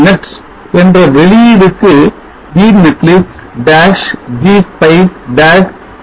net என்ற வெளியீடுக்கு gnetlist dash g spice dash sdb gnetlist g spice sdb o series